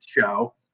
show